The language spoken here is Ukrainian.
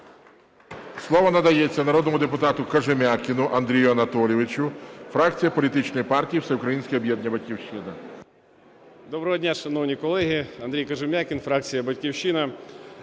Слово надається народному депутату Кожем'якіну Андрію Анатолійовичу, фракція політичної партії Всеукраїнське об'єднання "Батьківщина". 11:39:27 КОЖЕМ’ЯКІН А.А. Доброго дня, шановні колеги! Андрій Кожем'якін, фракція "Батьківщина".